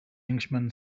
englishman